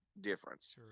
difference